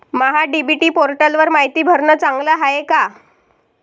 महा DBT पोर्टलवर मायती भरनं चांगलं हाये का?